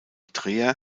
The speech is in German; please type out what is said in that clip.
dreher